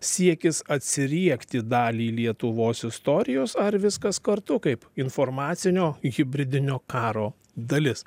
siekis atsiriekti dalį lietuvos istorijos ar viskas kartu kaip informacinio hibridinio karo dalis